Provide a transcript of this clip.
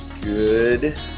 Good